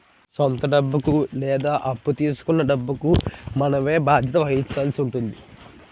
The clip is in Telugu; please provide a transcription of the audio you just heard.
సొంత డబ్బు లేదా అప్పు తీసుకొన్న డబ్బుకి మనమే బాధ్యత వహించాల్సి ఉంటుంది